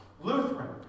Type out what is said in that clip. Lutheran